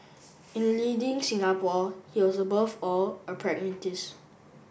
in leading Singapore he was above all a pragmatist